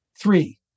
three